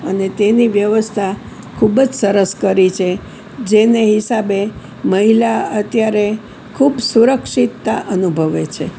અને તેની વ્યવસ્થા ખૂબ જ સરસ કરી છે જેને હિસાબે મહિલા અત્યારે ખૂબ સુરક્ષિતતા અનુભવે છે